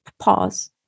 pause